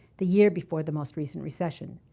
the year before the most recent recession.